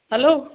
hello